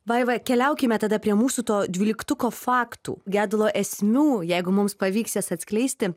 vaiva keliaukime tada prie mūsų to dvyliktuko faktų gedulo esmių jeigu mums pavyks jas atskleisti